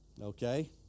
Okay